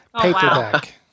Paperback